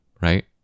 right